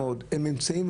הם נמצאים,